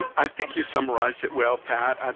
i think you summarized it well, pat.